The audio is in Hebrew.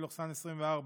פ/1456/24,